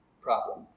problem